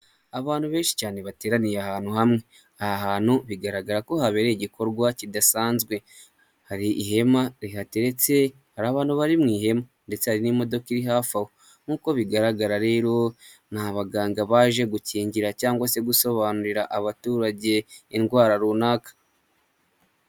Abantu benshi cyane bateraniye ahantu hamwe .Aha hantu bigaragara ko habera igikorwa kidasanzwe. Hari ihema rihateretse, hari abantu bari mu ihema ndetse hari n'imodoka iri hafi aho. Nk'uko bigaragara rero, ni abaganga baje gukingira cyangwa se gusobanurira abaturage indwara runaka.